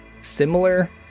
similar